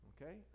Okay